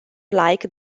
like